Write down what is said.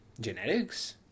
genetics